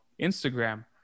Instagram